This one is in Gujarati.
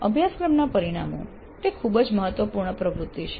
અભ્યાસક્રમના પરિણામો તે ખૂબ જ મહત્વપૂર્ણ પ્રવૃત્તિ છે